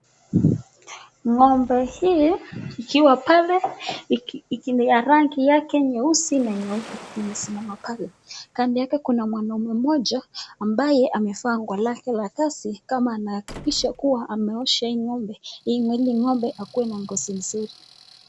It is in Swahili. Ng'ombe hii ikiwa pale ni rangi yake nyeusi na nyeupe limesimama, pale kando yake kuna mwanaume moja ambaye amevaa nguo lake la kazi kama anahakikisha kuwa ameosha hii ng'ombe ili akuwe na ngozi nzuri.